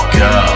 go